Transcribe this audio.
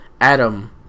adam